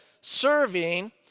serving